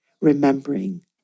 remembering